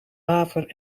waver